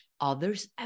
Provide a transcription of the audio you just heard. others